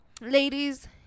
ladies